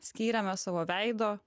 skyrėme savo veido